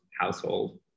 household